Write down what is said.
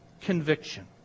conviction